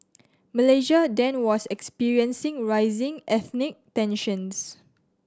Malaysia then was experiencing rising ethnic tensions